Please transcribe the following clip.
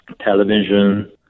television